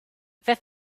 they